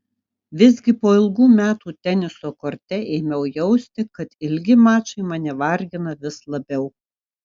visgi po ilgų metų teniso korte ėmiau jausti kad ilgi mačai mane vargina vis labiau